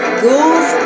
ghouls